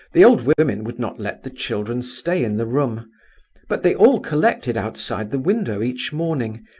the old women would not let the children stay in the room but they all collected outside the window each morning,